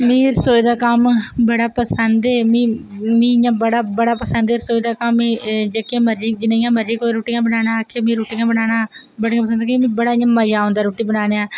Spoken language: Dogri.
मिगी रसोई दा कम्म बड़ा पसंद ऐ ते मीं मीं इ'यां बड़ा पसंद ऐ रसोई दा कम्म जेह्के मर्जी जेह्ड़ियां मर्जी रूट्टियां बनाना आक्खै मिगी रूट्टियां बनाना बड़ियां पसंद क्योंकि मिगी बड़ा इयां मजा आंदा रूट्टी बनाने दा